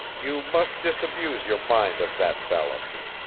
you must disabuse your mind of that fallacy.